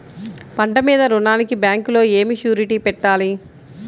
పంట మీద రుణానికి బ్యాంకులో ఏమి షూరిటీ పెట్టాలి?